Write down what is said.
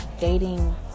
dating